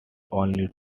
only